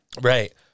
Right